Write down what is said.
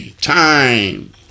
Time